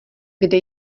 kde